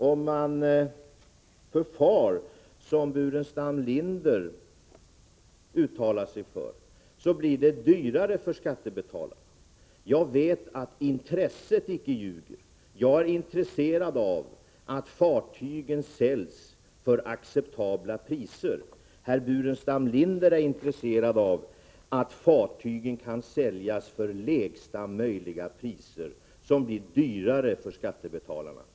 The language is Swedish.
Om man förfar på det sätt som Burenstam Linder uttalar sig för blir det dyrare för skattebetalarna. Jag vet att låt mig säga intresset icke ljuger — jag är intresserad av att fartygen säljs till acceptabla priser. Herr Burenstam Linder är intresserad av att fartygen kan säljas till lägsta möjliga priser, vilket blir dyrare för skattebetalarna.